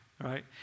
right